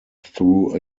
through